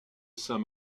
saint